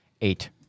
Eight